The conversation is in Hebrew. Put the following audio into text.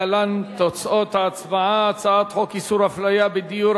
להלן תוצאות ההצבעה: הצעת חוק איסור הפליה בדיור,